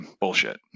bullshit